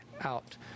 out